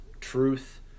truth